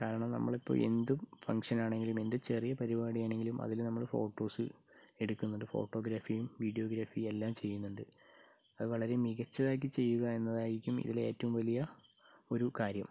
കാരണം നമ്മൾ ഇപ്പം എന്തും ഫംഗ്ഷന് ആണെങ്കിലും എന്ത് ചെറിയ പരിപാടിയാണെങ്കിലും അതിൽ നമ്മൾ ഫോട്ടോസ് എടുക്കുന്നുണ്ട് ഫോട്ടോഗ്രാഫിയും വിഡീയോഗ്രാഫിയും എല്ലാം ചെയ്യുന്നുണ്ട് അവ വളരെ മികച്ചതായിട്ട് ചെയ്യുക എന്നതായിരിക്കും ഇതിൽ ഏറ്റവും വലിയ ഒരു കാര്യം